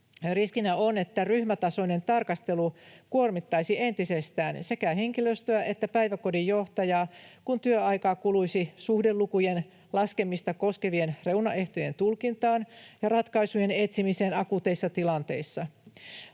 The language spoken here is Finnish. Riskinä on, että ryhmätasoinen tarkastelu kuormittaisi entisestään sekä henkilöstöä että päiväkodin johtajaa, kun työaikaa kuluisi suhdelukujen laskemista koskevien reunaehtojen tulkintaan ja ratkaisujen etsimiseen akuuteissa tilanteissa.